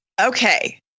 Okay